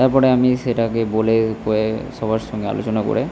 তারপরে আমি সেটাকে বলে কয়ে সবার সঙ্গে আলোচনা করে